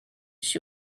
she